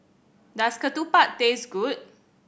does ketupat taste good